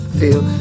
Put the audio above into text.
feel